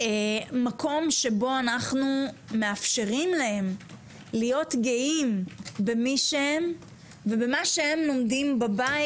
מקום שבו אנחנו מאפשרים להם להיות גאים במי שהם ובמה שהם לומדים בבית.